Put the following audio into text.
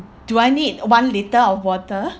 do I need one litre of water